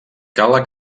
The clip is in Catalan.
cala